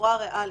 בצורה ריאלית.